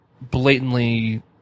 blatantly